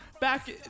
Back